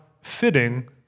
fitting